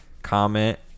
Comment